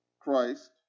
Christ